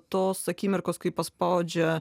tos akimirkos kai paspaudžia